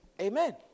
Amen